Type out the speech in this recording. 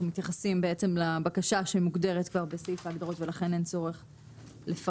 אנחנו מתייחסים לבקשה שכבר מוגדרת בסעיף ההגדרות ולכן אין צורך לפרט.